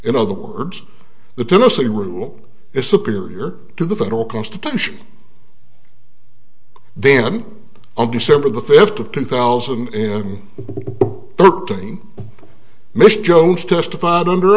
in other words the tennessee rule is superior to the federal constitution then on december the fifth of two thousand and thirteen mr jones testified under